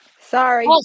Sorry